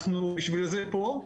בשביל זה אנחנו פה.